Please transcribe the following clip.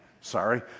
Sorry